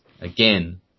again